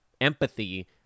empathy